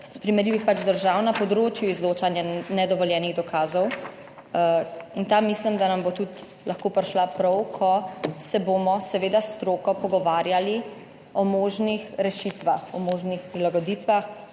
primerljivih držav na področju izločanja nedovoljenih dokazov. In ta, mislim, da nam bo tudi lahko prišla prav, ko se bomo s stroko pogovarjali o možnih rešitvah, o možnih prilagoditvah.